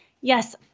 Yes